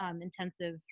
intensive